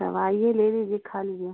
तो आइए ले लीजिए खा लीजिए